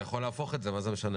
אתה יכול להפוך את זה, מה זה משנה?